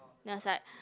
then I was like